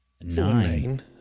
nine